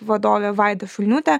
vadovė vaida šulniūtė